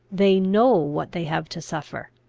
they know what they have to suffer.